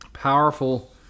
Powerful